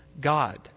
God